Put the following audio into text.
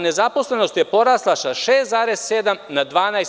Nezaposlenost je porasla sa 6,7 na 12%